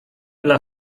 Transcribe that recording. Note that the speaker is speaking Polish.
dla